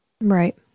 Right